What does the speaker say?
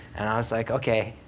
and i was like, okay.